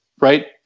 right